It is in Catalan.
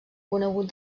conegut